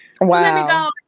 Wow